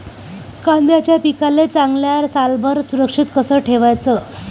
कांद्याच्या पिकाले चांगल्यानं सालभर सुरक्षित कस ठेवाचं?